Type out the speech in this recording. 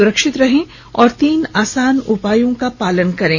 सुरक्षित रहें और तीन आसान उपायों का पालन करें